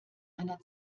einer